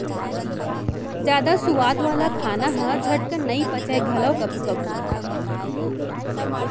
जादा सुवाद वाला खाना ह झटकन नइ पचय घलौ कभू कभू